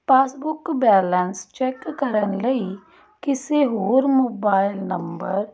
passbook balance check ਕਰਨ ਲਈ ਕਿਸੇ ਹੋਰ ਮੋਬਾਇਲ ਨੰਬਰ